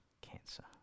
cancer